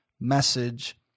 message